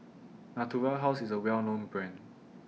Natura House IS A Well known Brand